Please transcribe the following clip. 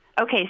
Okay